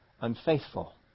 unfaithful